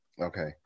Okay